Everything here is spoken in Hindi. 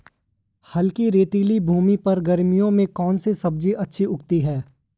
हल्की रेतीली भूमि पर गर्मियों में कौन सी सब्जी अच्छी उगती है?